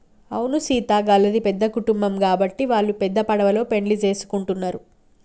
అవును సీత గళ్ళది పెద్ద కుటుంబం గాబట్టి వాల్లు పెద్ద పడవలో పెండ్లి సేసుకుంటున్నరు